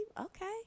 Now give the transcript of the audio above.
okay